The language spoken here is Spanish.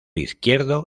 izquierdo